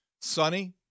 Sunny